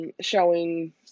showing